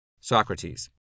Socrates